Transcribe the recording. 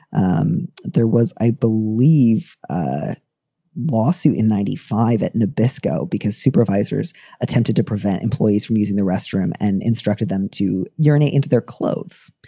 um there was, i believe, a lawsuit in ninety five at nabisco because supervisors attempted to prevent employees from using the restroom and instructed them to urinate into their clothes.